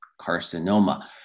carcinoma